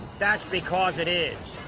that's because it is.